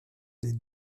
des